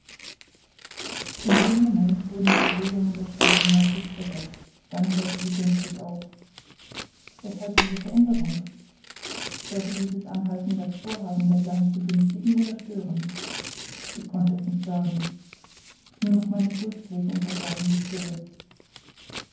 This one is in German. in dem moment wurden die bewegungen der schraube merklich schwächer dann hörte sie gänzlich auf weshalb diese veränderung sollte dieses anhalten das vorhaben ned lands begünstigen oder stören ich konnte es nicht sagen nur noch meine pulsschläge unterbrachen die stille